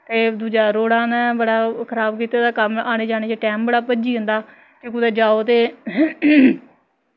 ते दूजा रोडा ने बड़ा खराब कीते दा कम्म आने जाने च टैम बड़ा भ'ज्जी जंदा कि कुदै जाओ ते